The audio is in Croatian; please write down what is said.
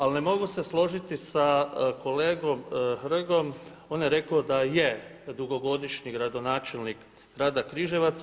Ali ne mogu se složiti sa kolegom Hrgom, on je rekao da je dugogodišnji gradonačelnik grada Križevaca.